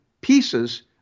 pieces